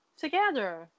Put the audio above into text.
together